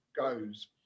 goes